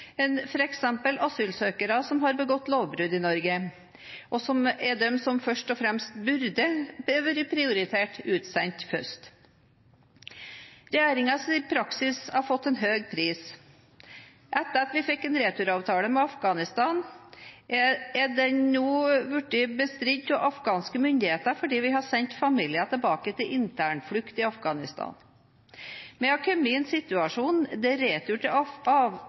asylsøkere som har begått lovbrudd i Norge, og som er dem som først og fremst burde vært prioritert når det gjelder utsending. Regjeringens praksis har fått en høy pris. Etter at vi fikk en returavtale med Afghanistan, er denne nå blitt bestridt av afghanske myndigheter fordi vi har sendt familier tilbake til internflukt i Afghanistan. Vi har kommet i en situasjon der retur til